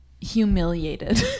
humiliated